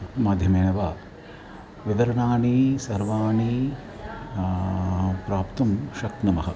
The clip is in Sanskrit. माध्यमेन वा वितरणानि सर्वाणि प्राप्तुं शक्नुमः